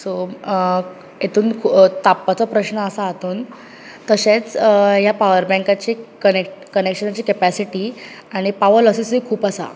so हेतून तापपाचो प्रश्न आसा हातून तशेंच ह्या पाऊर बँकाची कनेक कनेक्शनाची केपेसीटी आनी पाऊर लोसिसूय खूब आसा